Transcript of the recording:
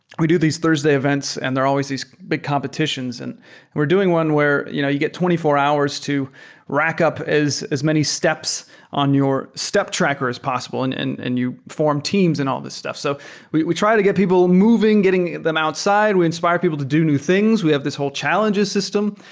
we do these thursday events and there are always these big competitions, and we're doing one where you know you get twenty four hours to rack up as as many steps on your step tracker as possible and and you form teams and all these stuff. so we we try to get people moving, getting them outside. we inspire people to do new things. we have this whole challenges system.